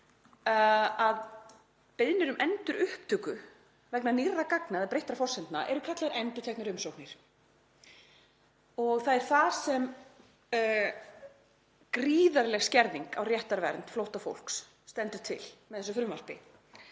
að beiðnir um endurupptöku vegna nýrra gagna eða breyttra forsendna eru kallaðar endurteknar umsóknir. Það er þar sem gríðarleg skerðing á réttarvernd flóttafólks stendur til með þessu frumvarpi,